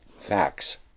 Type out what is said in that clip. facts